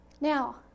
Now